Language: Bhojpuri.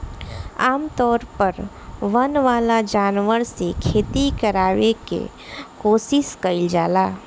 आमतौर पर वन वाला जानवर से खेती करावे के कोशिस कईल जाला